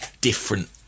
different